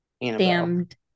Damned